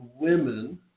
women